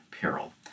Peril